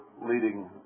leading